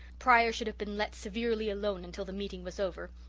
pryor should have been let severely alone until the meeting was over.